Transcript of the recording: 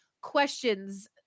questions